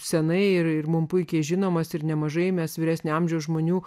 senai ir mums puikiai žinomas ir nemažai mes vyresnio amžiaus žmonių